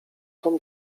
tom